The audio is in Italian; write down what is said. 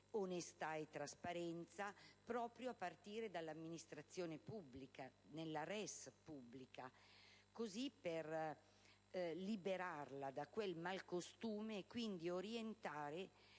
onestà e trasparenza, proprio a partire dall'amministrazione pubblica, nella *res publica*, per liberarla da quel malcostume e quindi orientarsi